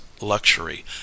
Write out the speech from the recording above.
luxury